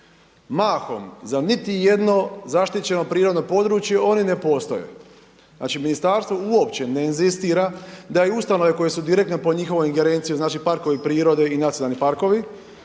Mahom za niti jedno zaštićeno prirodno područje oni ne postoje. Znači, ministarstvo uopće ne inzistira da je ustanove koje su direktno pod njihovom ingerencijom znači parkovi prirode i nacionalni parkovi